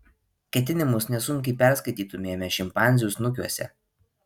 ketinimus nesunkiai perskaitytumėme šimpanzių snukiuose